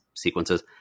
sequences